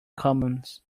commons